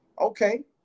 okay